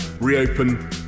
reopen